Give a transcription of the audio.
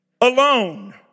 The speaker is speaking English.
alone